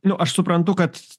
nu aš suprantu kad